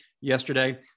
yesterday